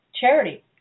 charity